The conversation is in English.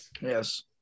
Yes